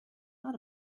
not